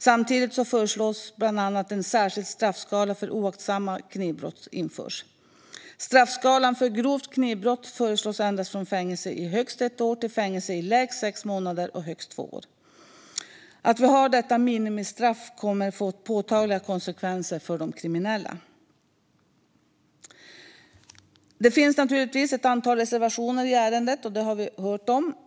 Samtidigt föreslås bland annat att en särskild straffskala för oaktsamma knivbrott ska införas. Straffskalan för grovt knivbrott föreslås ändras från fängelse i högst ett år till fängelse i lägst sex månader och högst två år. Att vi har detta minimistraff kommer att få påtagliga konsekvenser för de kriminella. Det finns naturligtvis ett antal reservationer i ärendet.